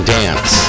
dance